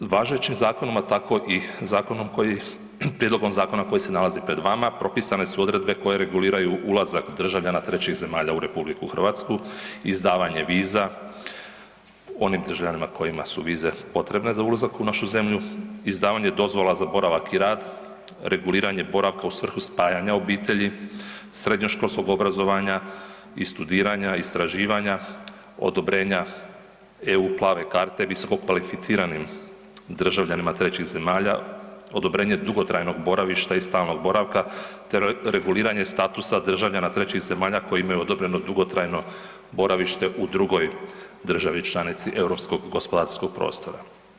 Važećim zakonom, a tako i prijedlogom zakona koji se nalazi pred vama propisane su odredbe koje reguliraju ulazak državljana trećih zemalja u RH, izdavanje viza onim državljanima kojima su vize potrebne za ulazak u našu zemlju, izdavanje dozvola za boravak i rad, reguliranje boravka u svrhu spajanja obitelji, srednjoškolskog obrazovanja i studiranja, istraživanja, odobrenja eu plave karte visokokvalificiranim državljanima trećih zemalja, odobrenje dugotrajnog boravišta i stalnog boravka te reguliranje statusa državljana trećih zemalja koji imaju odobreno dugotrajno boravište u drugoj državi članici Europskog gospodarskog prostora.